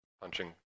punching